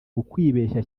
ukwibeshya